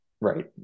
Right